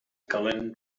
calent